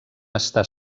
estar